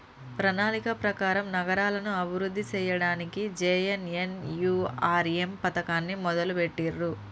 ప్రణాళిక ప్రకారం నగరాలను అభివృద్ధి సేయ్యడానికి జే.ఎన్.ఎన్.యు.ఆర్.ఎమ్ పథకాన్ని మొదలుబెట్టిర్రు